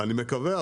אני מקווה.